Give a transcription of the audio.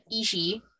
ishi